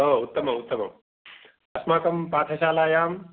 ओ उत्तमं उत्तमम् अस्माकं पाठशालायाम्